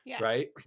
right